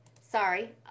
sorry